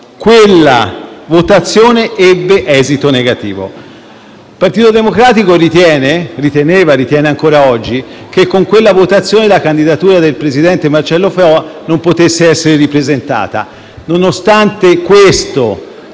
Quella votazione ebbe esito negativo. Il Partito Democratico riteneva e ritiene ancora oggi che con quella votazione la candidatura del presidente Marcello Foa non potesse essere ripresentata. Nonostante questo,